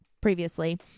previously